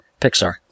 Pixar